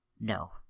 No